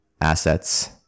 assets